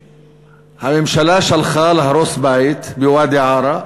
הממשלה שלחה להרוס בית בוואדי-עארה,